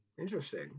interesting